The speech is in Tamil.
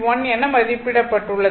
1 என மதிப்பிடப்பட்டுள்ளது